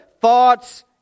thoughts